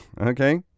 Okay